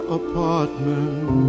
apartment